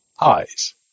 Eyes